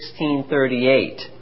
1638